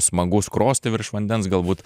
smagu skrosti virš vandens galbūt